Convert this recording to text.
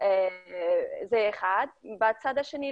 בצד השני,